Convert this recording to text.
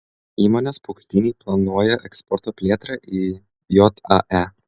įmonės paukštynai planuoja eksporto plėtrą į jae